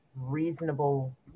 reasonable